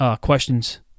questions